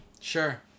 sure